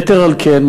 יתר על כן,